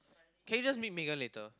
can you just meet Megan later